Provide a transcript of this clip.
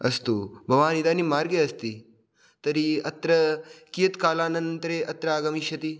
अस्तु भवान् इदानीं मार्गे अस्ति तर्हि अत्र कियत् कालानन्तरे अत्र आगमिष्यति